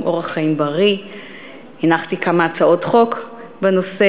אורח חיים בריא והנחתי כמה הצעות חוק בנושא.